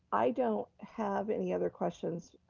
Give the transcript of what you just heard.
i don't have any other questions,